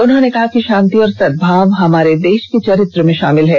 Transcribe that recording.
उन्होंने कहा कि शांति और सद्भाव हमारे देश के चरित्र में शामिल हैं